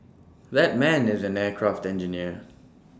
that man is an aircraft engineer